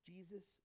Jesus